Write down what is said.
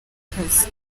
akazi